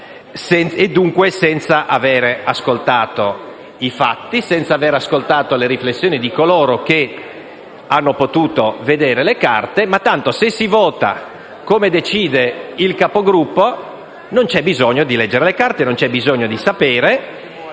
e dunque senza aver ascoltato i fatti e senza aver ascoltato le riflessioni di coloro che hanno potuto vedere le carte. Ma tanto, se si vota come decide il Capogruppo, non c'è bisogno di leggere le carte e non c'è bisogno di sapere.